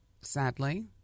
sadly